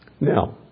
Now